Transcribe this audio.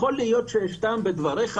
יכול להיות שיש טעם בדבריך,